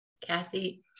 kathy